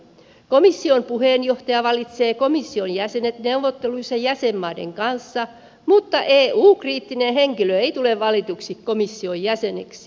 komission puheenjohtaja valitsee komission jäsenet neuvotteluissa jäsenmaiden kanssa mutta eu kriittinen henkilö ei tule valituksi komission jäseneksi